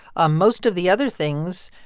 ah most of the other things,